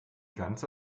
ganze